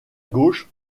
gauche